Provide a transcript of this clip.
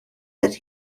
that